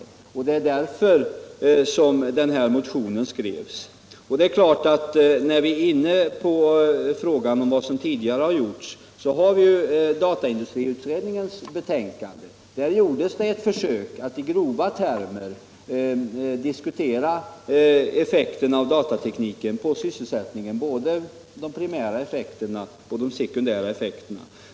Det är därför som den här motionen har skrivits. I dataindustriutredningens betänkande gjordes ett försök att i grova drag ange effekterna av datatekniken på sysselsättningen — både de primära och de sekundära effekterna.